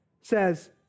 says